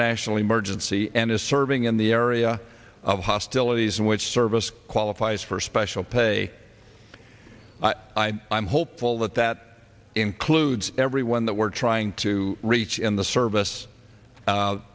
national emergency and is serving in the area of hostilities in which service qualifies for special pay i'm i'm hopeful that that includes everyone that we're trying to reach in the service